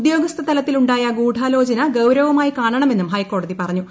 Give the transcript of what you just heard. ഉദ്യോഗസ്ഥ തലത്തിൽ ്ഉണ്ടായ ഗൂഢാലോചന ഗൌരവമായി കാണണമെന്നും ഹൈക്കോടതി പറഞ്ഞു